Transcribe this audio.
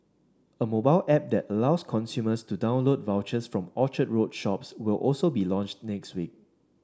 a mobile app that allows consumers to download vouchers from Orchard Road shops will also be launched next week